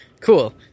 Cool